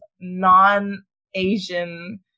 non-Asian